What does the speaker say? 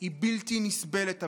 היא בלתי נסבלת עבורכם.